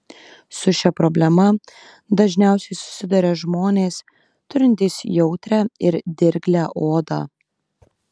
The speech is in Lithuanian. su šia problema dažniausiai susiduria žmonės turintys jautrią ir dirglią odą